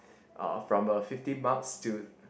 uh from a fifty marks to